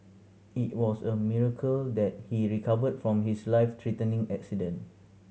it was a miracle that he recovered from his life threatening accident